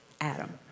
Adam